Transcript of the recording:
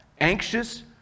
anxious